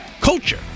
culture